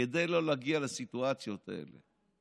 כדי לא להגיע לסיטואציות האלה.